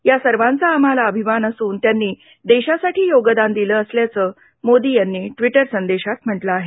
या सर्वांचा आम्हाला अभिमान असून त्यांनी देशासाठी योगदान दिलं आहे असल्याचं मोदी यांनी ट्वीटर संदेशात म्हटलं आहे